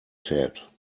said